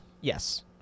Yes